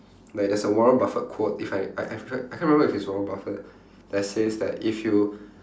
like there's a warren-buffet quote if I I forge~ I can't remember if it was warren-buffet that says that if you